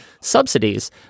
subsidies